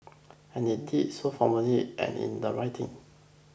and they did so formally and in the writing